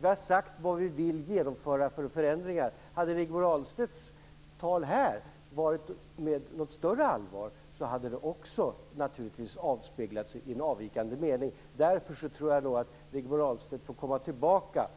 Vi har sagt vad vi vill genomföra för förändringar. Hade Rigmor Ahlstedts tal här innehållit något större allvar hade det naturligtvis också avspeglat sig i en avvikande mening. Därför tror jag nog att Rigmor Ahlstedt får komma tillbaka.